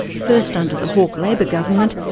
first under the hawke labor government,